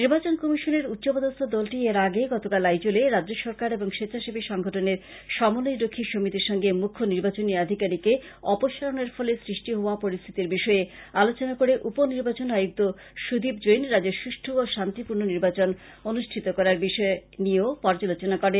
নির্বাচন কমিশনের উচ্চপদস্থ দলটি এর আগে গতকাল আইজলে রাজ্যসরকার ও সেচ্ছাসেবী সংগঠনের সমন্বয়রক্ষী সমিতির সঙ্গে মুখ্য নির্বাচনী আধিকারিককে অপসারনের ফলে সৃষ্টি হওয়া পরিস্থিতির বিষয়ে আলোচনা করে উপ নির্বাচন আয়ুক্ত সুদীপ জৈন রাজ্যে সুষ্ঠ ও শান্তিপূর্ন নির্বাচন অনুষ্ঠিত করার বিষয়ে নিয়েও পর্যালোচনা করেন